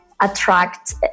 attract